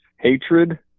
hatred